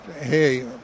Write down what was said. hey